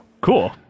cool